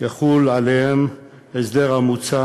יחול עליהן ההסדר המוצע